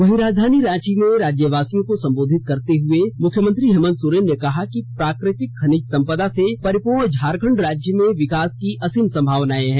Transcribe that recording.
वहीं राजधानी रांची में राज्यवासियों को संबोधित करते हुए मुख्यमंत्री हेमंत सोरेन ने कहा कि प्राकृतिक खनिज संपदा से परिपूर्ण झारखंड राज्य में विकास की असीम संभावनाएं हैं